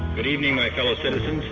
but evening my fellow citizens.